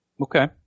Okay